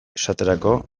esaterako